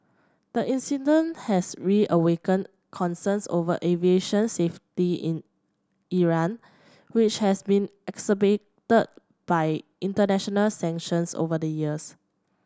the incident has reawakened concerns over aviation safety in Iran which has been exacerbated by international sanctions over the years